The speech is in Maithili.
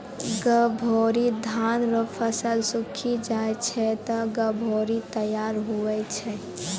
गभोरी धान रो फसल सुक्खी जाय छै ते गभोरी तैयार हुवै छै